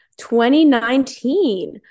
2019